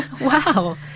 Wow